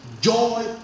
Joy